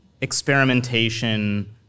experimentation